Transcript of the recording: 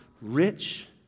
rich